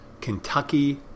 Kentucky